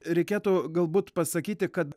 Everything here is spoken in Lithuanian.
reikėtų galbūt pasakyti kad